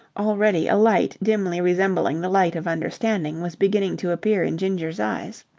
already a light dimly resembling the light of understanding was beginning to appear in ginger's eyes.